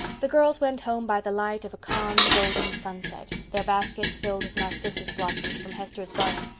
the girls went home by the light of a calm golden sunset, their baskets filled with narcissus blossoms from hester's garden,